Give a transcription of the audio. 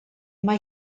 mai